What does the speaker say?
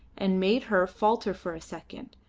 and made her falter for a second,